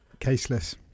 Caseless